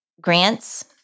grants